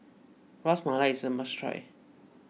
Ras Malai is a must try